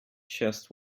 chest